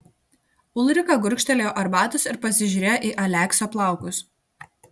ulrika gurkštelėjo arbatos ir pasižiūrėjo į aleksio plaukus